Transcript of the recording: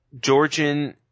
Georgian